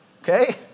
Okay